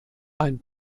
ein